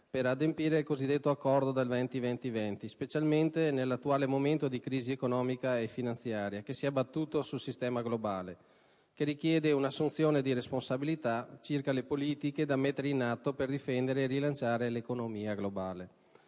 per ottemperare al cosiddetto Accordo del 20-20-20, specialmente nell'attuale momento di crisi economica e finanziaria abbattutasi sul sistema globale, che richiede un'assunzione di responsabilità circa le politiche da mettere in atto per difendere e rilanciare l'economia globale.